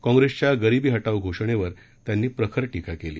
काँग्रेसच्या गरीबी हटाव घोषणेवर त्यांनी प्रखर टीका केली